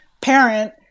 parent